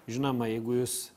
žinoma jeigu jūs